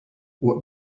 what